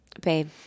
babe